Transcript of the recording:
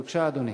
בבקשה, אדוני.